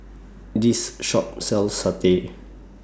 This Shop sells Satay